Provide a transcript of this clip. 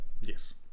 Yes